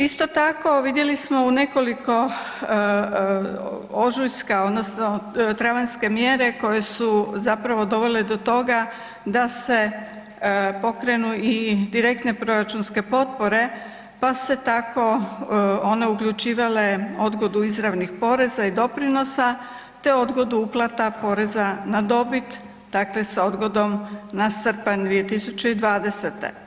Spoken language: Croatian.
Isto tako vidjeli smo u nekoliko ožujska, odnosno travanjske mjere koje su zapravo dovele do toga da se pokrenu i direktne proračunske potpore pa se tako one uključivale odgodu izravnih poreza i doprinosa te odgodu uplata poreza na dobit, dakle sa odgodom na srpanj 2020.